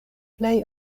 plej